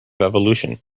evolution